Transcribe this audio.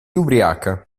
ubriaca